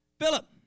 Philip